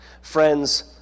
Friends